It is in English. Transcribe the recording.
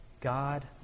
God